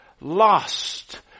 lost